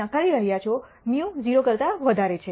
μ 0 કરતા વધારે છે